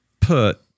put